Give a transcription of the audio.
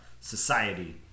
society